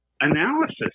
analysis